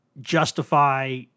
justify